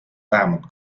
vähemalt